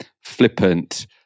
flippant